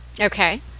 Okay